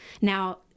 now